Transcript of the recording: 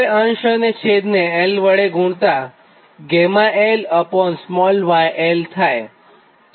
હવે અંશ અને છેદને 𝑙 વડે ગુણતાં γlyl થાય